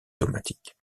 automatique